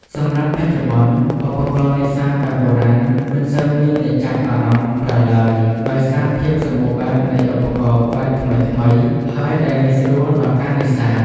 សម្រាប់បច្ចុប្បន្នឧបករណ៍នេសាទបែបបុរាណ មិនសូវមានអ្នកចាប់អារម្មណ៍ប្រើឡើយ ដោយសារភាពសម្បូរបែបនៃឧបករណ៍បែបថ្មីៗ ហើយដែលងាយស្រួលដល់ការនេសាទ។